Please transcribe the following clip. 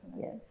yes